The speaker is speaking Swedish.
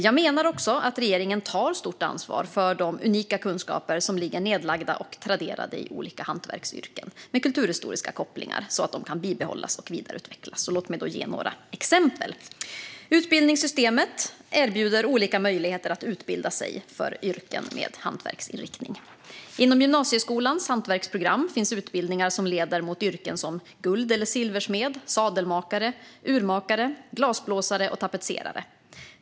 Jag menar också att regeringen tar ett stort ansvar för de unika kunskaper som finns nedlagda och traderade i olika hantverksyrken med kulturhistoriska kopplingar så att de kan bibehållas och vidareutvecklas. Låt mig ge några exempel: Utbildningssystemet erbjuder olika möjligheter att utbilda sig för yrken med hantverksinriktning. Inom gymnasieskolans hantverksprogram finns utbildningar som leder mot yrken som guld eller silversmed, sadelmakare, urmakare, glasblåsare och tapetserare.